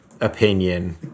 opinion